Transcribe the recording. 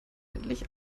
endlich